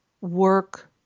work